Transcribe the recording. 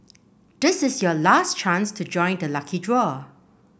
this is your last chance to join the lucky draw